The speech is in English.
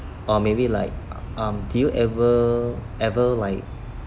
or maybe like um do you ever ever like